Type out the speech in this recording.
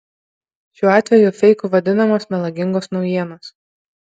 šiuo atveju feiku vadinamos melagingos naujienos